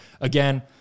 Again